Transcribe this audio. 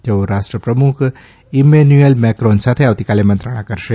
તેઓ રાષ્ટ્રપ્રમુખ Emmanuel Macron સાથે આવતીકાલે મંત્રણા કરશે